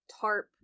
tarp